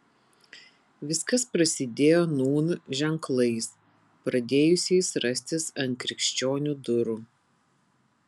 viskas prasidėjo nūn ženklais pradėjusiais rastis ant krikščionių durų